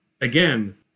again